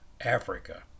Africa